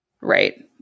Right